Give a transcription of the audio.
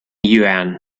yuan